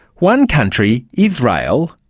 one country, israel,